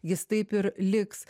jis taip ir liks